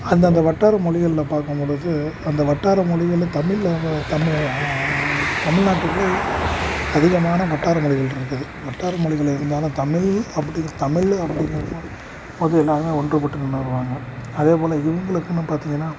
அந்தந்த வட்டார மொழிகள்ல பாக்கும்பொழுது அந்த வட்டார மொழிகளே தமிழில் வ தமிழ் தமிழ்நாட்டுக்குள்ளேயே அதிகமான வட்டார மொழிகள்ருக்குது வட்டார மொழிகள் இருந்தாலும் தமிழ் அப்படி தமிழ்லு அப்படிங்கிறப்போ போது எல்லாருமே ஒன்றுபட்டு நின்றுருவாங்க அதேபோல் இவங்களுக்குன்னு பார்த்தீங்கன்னா